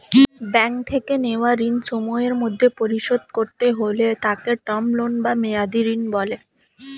bank থেকে নেওয়া ঋণ সময়ের মধ্যে পরিশোধ করতে হলে তাকে টার্ম লোন বা মেয়াদী ঋণ বলে